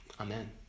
Amen